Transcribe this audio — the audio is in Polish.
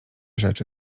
rzeczy